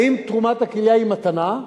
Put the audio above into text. האם תרומת הכליה היא מתנה,